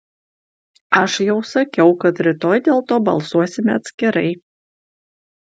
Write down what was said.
aš jau sakiau kad rytoj dėl to balsuosime atskirai